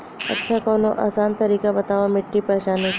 अच्छा कवनो आसान तरीका बतावा मिट्टी पहचाने की?